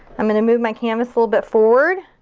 i'm gonna move my canvas a little bit forward.